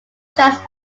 tracks